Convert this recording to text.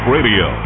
Radio